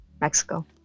Mexico